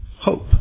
Hope